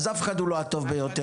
אז אף אחד הוא לא הטוב ביותר.